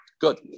good